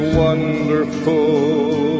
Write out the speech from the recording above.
wonderful